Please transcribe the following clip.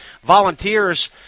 Volunteers